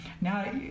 Now